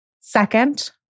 Second